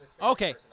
Okay